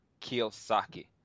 Kiyosaki